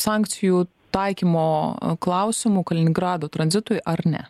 sankcijų taikymo klausimu kaliningrado tranzitui ar ne